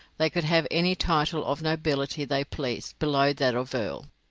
they could have any title of nobility they pleased below that of earl.